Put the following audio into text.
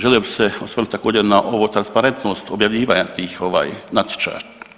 Želio bi se osvrnuti također na ovo transparentnost objavljivanja tih ovaj natječaja.